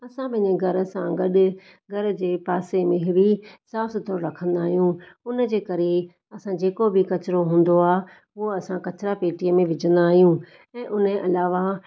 असां पंहिंजे घरु सां गॾु घरु जे पासे में बि साफ़ सुथुरो रखिंदा आहियूं हुन जे करे असांजो जेको बि कचिरो हूंदो आ उहो असां कचिरा पेतीअ में विझंदा आहियूं ऐं हुन जे अलावा